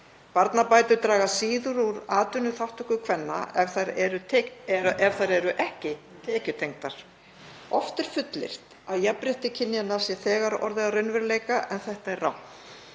Barnabætur draga síður úr atvinnuþátttöku kvenna ef þær eru ekki tekjutengdar. Oft er fullyrt að jafnrétti kynjanna sé þegar orðið að raunveruleika en það er rangt.